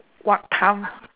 what time